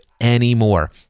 anymore